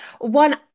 one